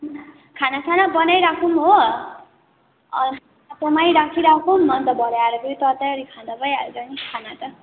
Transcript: खानासाना बनाइ राखौँ हो अन्त बनाइ राखि राखौँ अन्त भरे आएर तताइओरी खाँदा भइहाल्छ नि खाना त